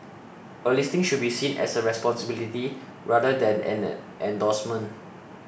a listing should be seen as a responsibility rather than an endorsement